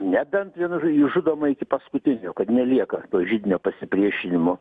nebent vienu žodžiu išžudoma iki paskutinio kad nelieka to židinio pasipriešinimo